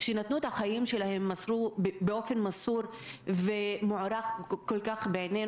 שנתנו את החיים שלהם באופן מסור ומוערך כל כך בעינינו,